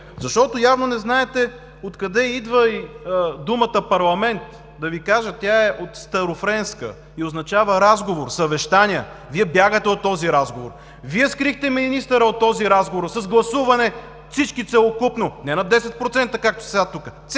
ГЕРБ. Явно не знаете откъде идва думата парламент? Да Ви кажа: тя е старофренска и означава разговор, съвещание. Вие бягате от този разговор. Вие скрихте министъра от този разговор с гласуване, всички целокупно. Не на 10%, както са сега тук,